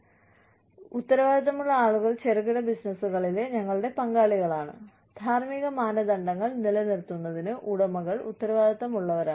ഞങ്ങൾക്ക് ഉത്തരവാദിത്തമുള്ള ആളുകൾ ചെറുകിട ബിസിനസ്സുകളിലെ ഞങ്ങളുടെ പങ്കാളികളാണ് ധാർമ്മിക മാനദണ്ഡങ്ങൾ നിലനിർത്തുന്നതിന് ഉടമകൾ ഉത്തരവാദിത്തമുള്ളവരാണ്